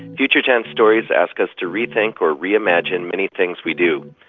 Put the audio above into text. future tense stories ask us to rethink or reimagine many things we do.